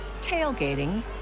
tailgating